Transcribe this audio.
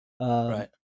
right